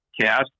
cast